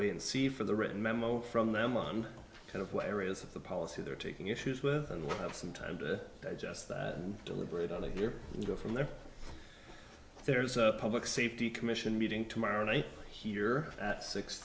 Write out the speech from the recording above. wait and see for the written memo from them on kind of where is the policy they're taking issues with and we'll have some time to digest that and deliberate on here and go from there there's a public safety commission meeting tomorrow night here at six